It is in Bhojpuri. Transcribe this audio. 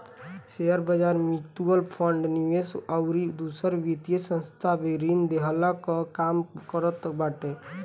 शेयरबाजार, मितुअल फंड, निवेश अउरी दूसर वित्तीय संस्था भी ऋण देहला कअ काम करत बाटे